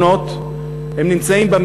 הם נמצאים בשכונות.